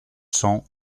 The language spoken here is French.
cents